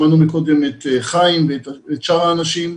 שמענו קודם את חיים ביבס ואת שאר האנשים,